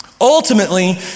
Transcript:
Ultimately